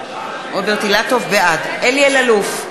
בעד אלי אלאלוף,